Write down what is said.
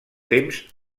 temps